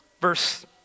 Verse